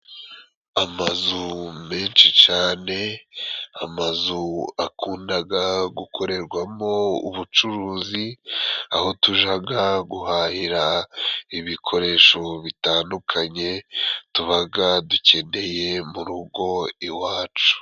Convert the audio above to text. Amazu menshi cane ,amazu akundaga gukorerwamo ubucuruzi ,aho tujaga guhahira ibikoresho bitandukanye tubaga dukeneye mu rugo iwacu.